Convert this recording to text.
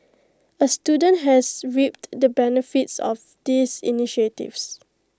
A student has reaped the benefits of these initiatives